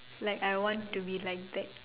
like I want to be like that